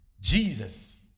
Jesus